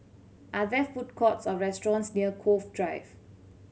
are there food courts or restaurants near Cove Drive